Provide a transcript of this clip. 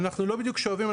אנחנו לא בדיוק שואבים,